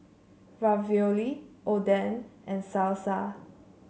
Ravioli Oden and Salsa